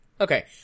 Okay